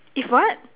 if what